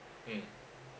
mm